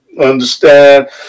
understand